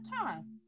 time